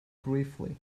briefly